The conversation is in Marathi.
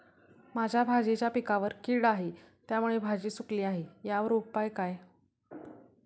माझ्या भाजीच्या पिकावर कीड आहे त्यामुळे भाजी सुकली आहे यावर काय उपाय?